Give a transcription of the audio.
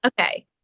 Okay